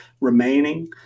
remaining